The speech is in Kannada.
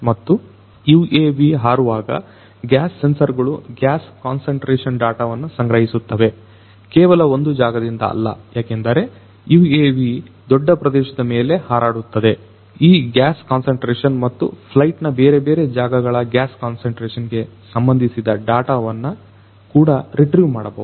ಮತ್ತು UAV ಹಾರುವಾಗ ಗ್ಯಾಸ್ ಸೆನ್ಸರ್ ಗಳು ಗ್ಯಾಸ್ ಕಾನ್ಸಂಟ್ರೇಶನ್ ಡಾಟಾವನ್ನು ಸಂಗ್ರಹಿಸುತ್ತವೆ ಕೇವಲ ಒಂದು ಜಾಗದಿಂದ ಅಲ್ಲಏಕೆಂದರೆ UAV ದೊಡ್ಡ ಪ್ರದೇಶದ ಮೇಲೆ ಹಾರಾಡುತ್ತದೆ ಈ ಗ್ಯಾಸ್ ಕಾನ್ಸಂಟ್ರೇಷನ್ ಮತ್ತು ಫ್ಲೈಟ್ ನ ಬೇರೆ ಬೇರೆ ಜಾಗಗಳ ಗ್ಯಾಸ್ ಕಾನ್ಸಂಟ್ರೇಷನ್ ಗೆ ಸಂಬಂಧಿಸಿದ ಡಾಟಾವನ್ನು ಕೂಡ ರೆಟ್ರೀವ್ ಮಾಡಬಹುದು